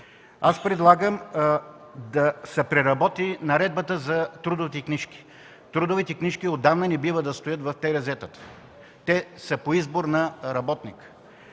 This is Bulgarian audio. Предлагам да се преработи Наредбата за трудовите книжки. Те отдавна не трябва да стоят в терезетата. Те са по избор на работника.